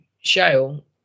shale